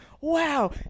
wow